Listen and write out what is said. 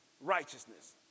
righteousness